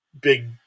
big